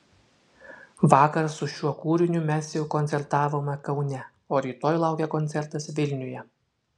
vakar su šiuo kūriniu mes jau koncertavome kaune o rytoj laukia koncertas vilniuje